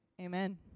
amen